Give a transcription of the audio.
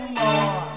more